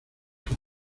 que